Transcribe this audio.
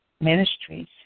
ministries